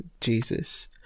Jesus